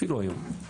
אפילו היום,